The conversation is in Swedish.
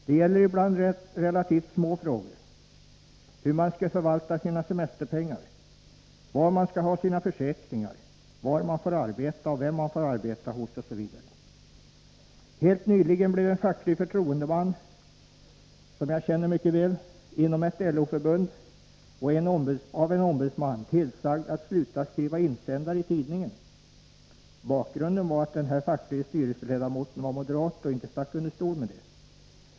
Det gäller ibland relativt små frågor — hur man skall förvalta sina semesterpengar, var man skall ha sina försäkringar, var man får arbeta, vem man får arbeta hos osv. Helt nyligen blev en facklig förtroendeman, som jag känner mycket väl, inom sitt LO-förbund av en ombudsman tillsagd att sluta skriva insändare i tidningen. Bakgrunden var att denne facklige styrelseledamot var moderat och inte stack under stol med det.